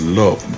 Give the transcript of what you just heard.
love